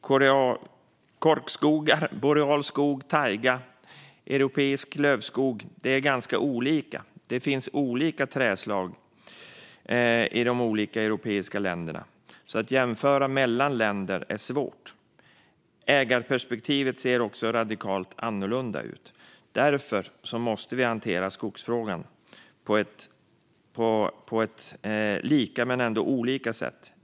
Det finns olika trädslag som korkeksskogar, boreal skog, tajga och europeisk lövskog i de olika europeiska länderna. Att jämföra mellan länder är därför svårt. Ägarperspektivet ser också radikalt annorlunda ut. Därför måste vi hantera skogsfrågan på lika men ändå olika sätt.